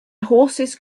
horses